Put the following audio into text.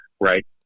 right